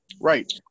Right